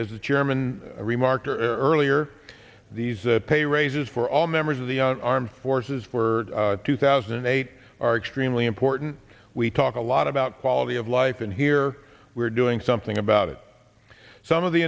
chairman remarked earlier these pay raises for all members of the armed forces were two thousand and eight are extremely important we talk a lot about quality of life and here we're doing something about it some of the